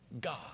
God